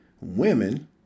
Women